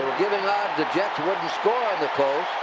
the jets wouldn't score on the colts,